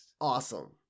awesome